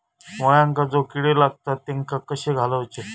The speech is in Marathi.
मुळ्यांका जो किडे लागतात तेनका कशे घालवचे?